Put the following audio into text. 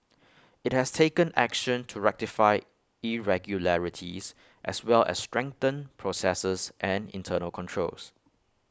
IT has taken action to rectify irregularities as well as strengthen processes and internal controls